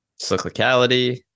cyclicality